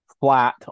flat